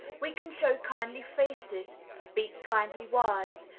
we can show kindly faces, speak kindly words,